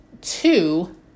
two